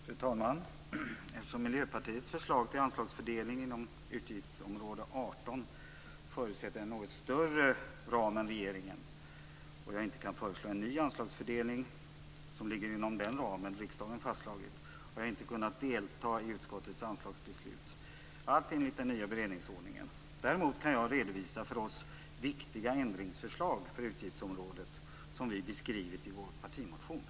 Fru talman! Eftersom Miljöpartiets förslag till anslagsfördelning inom utgiftsområde 18 förutsätter en något större ram än regeringens och jag inte kan föreslå en ny anslagsfördelning som ligger inom den ram som riksdagen fastslagit, har jag inte kunnat delta i utskottets anslagsbeslut; allt enligt den nya beredningsordningen. Däremot kan jag redovisa för oss viktiga ändringsförslag för utgiftsområdet som vi beskriver i vår partimotion.